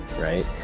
right